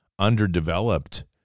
underdeveloped